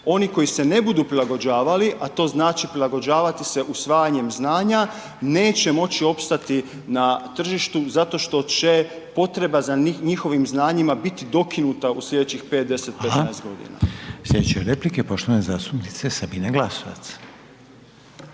Oni koji se ne budu prilagođavali, a to znači prilagođavati se usvajanjem znanja, neće moći opstati na tržištu zato što će potreba za njihovim znanjima biti dokinuta u slijedećih 5, 10, …/Upadica: Hvala/… 15.g. **Reiner, Željko (HDZ)** Slijedeće replike poštovane zastupnice Sabine Glasovac.